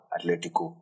Atletico